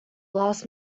last